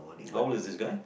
how old is this guy